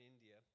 India